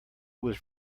was